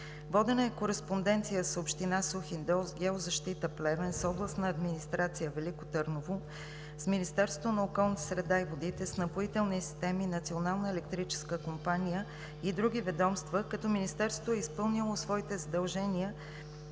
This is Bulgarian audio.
Водена е кореспонденция с община Сухиндол, с „Геозащита“ – Плевен, с Областна администрация – Велико Търново, с Министерството на околната среда и водите, с „Напоителни системи“, с Национална електрическа компания и други ведомства, като Министерството е изпълнило своите задължения,